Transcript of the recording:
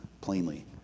plainly